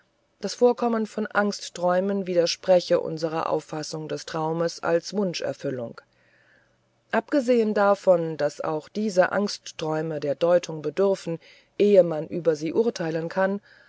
das vorkommen von angstträumen widerspreche unserer auffassung des traumes als wunscherfüllung abgesehen davon daß auch diese angstträume der deutung bedürfen ehe man über sie urteilen kann